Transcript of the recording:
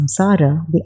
samsara